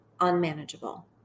unmanageable